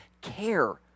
care